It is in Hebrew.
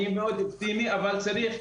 אני מאוד אופטימי, אבל צריך ללחוץ.